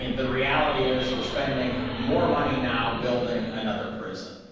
the reality is we're spending more money now building another prison.